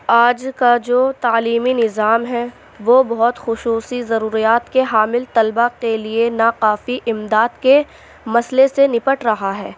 آج کا جو تعلیمی نِظام ہے وہ بہت خصوصی ضروریات کے حامل طلبہ کے لیے ناقافی اِمداد کے مسلے سے نپٹ رہا ہے